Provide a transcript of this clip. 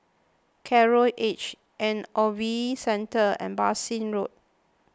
Coral Edge and Ogilvy Centre and Bassein Road